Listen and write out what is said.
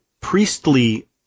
priestly